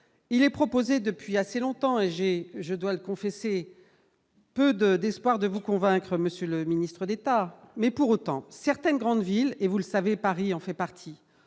il est proposé depuis assez longtemps et j'ai, je dois le confesser peu de désespoir, de vous convaincre, Monsieur le Ministre d'État, mais pour autant, certaines grandes villes et vous le savez, Paris en fait partie,